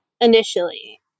initially